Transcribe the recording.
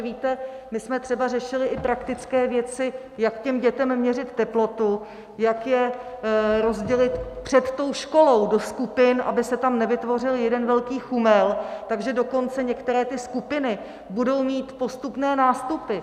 Víte, my jsme třeba řešili i praktické věci, jak dětem měřit teplotu, jak je rozdělit před školou do skupin, aby se tam nevytvořil jeden velký chumel, takže dokonce některé skupiny budou mít postupné nástupy.